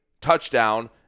touchdown